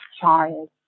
child